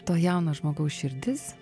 to jauno žmogaus širdis